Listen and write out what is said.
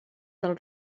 del